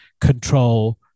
control